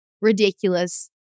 ridiculous